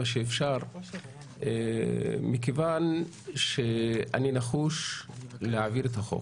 שיותר להסכמות נרחבות מכיוון שאני נחוש בדעתי להעביר את החוק.